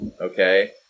okay